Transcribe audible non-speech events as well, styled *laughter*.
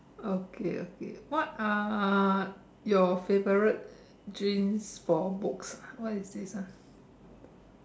okay okay what are your favourite genes for books what is this ah *breath*